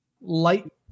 Light